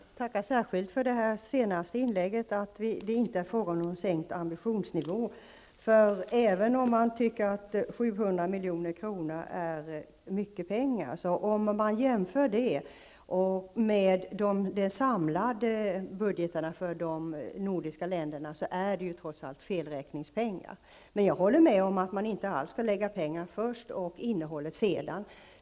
Herr talman! Jag tackar särskilt för det senaste inlägget om att det inte är fråga om någon sänkt ambitionsnivå. Även om man tycker att 700 milj.kr. är mycket pengar är det, om man jämför med de samlade budgetarna för de nordiska länderna trots allt felräkningspengar. Men jag håller med om att man inte skall lägga pengar först och innehåll sedan.